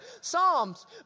Psalms